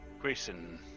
Grayson